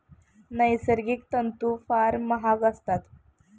नैसर्गिक तंतू फार महाग नसतात